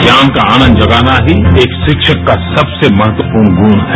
ज्ञान का आनन्द जगाना ही एक शिक्षक का सबसे महत्वपूर्ण गुण है